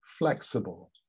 Flexible